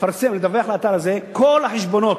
לדווח לאתר הזה על כל החשבונות,